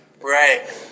Right